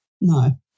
No